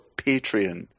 Patreon